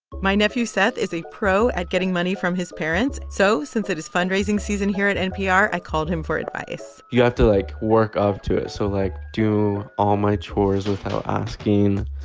my nephew seth is a pro at getting money from his parents. so since it is fundraising season here at npr, i called him for advice you have to, like, work up to it. so, like, do all my chores without asking.